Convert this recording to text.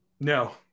No